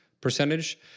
percentage